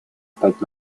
стать